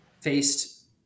faced